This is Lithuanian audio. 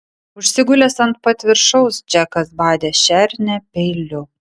užsigulęs ant pat viršaus džekas badė šernę peiliu